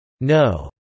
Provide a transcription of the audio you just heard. No